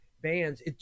bands